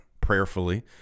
prayerfully